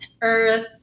Earth